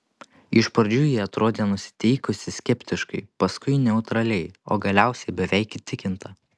iš pradžių ji atrodė nusiteikusi skeptiškai paskui neutraliai o galiausiai beveik įtikinta